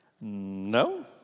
No